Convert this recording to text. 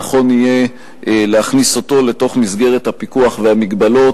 נכון יהיה להכניס אותו לתוך מסגרת הפיקוח והמגבלות,